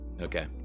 Okay